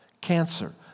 Cancer